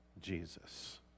Jesus